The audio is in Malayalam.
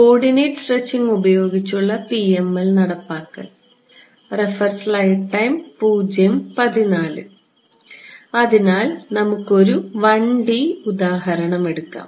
കോർഡിനേറ്റ് സ്ട്രെച്ചിംഗ് ഉപയോഗിച്ചുള്ള PML നടപ്പിലാക്കൽ അതിനാൽ നമുക്ക് ഒരു 1D ഉദാഹരണം എടുക്കാം